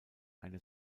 eine